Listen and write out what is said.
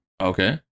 Okay